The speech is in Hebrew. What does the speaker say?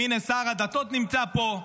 הינה, שר הדתות נמצא פה.